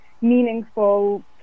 meaningful